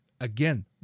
again